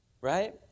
right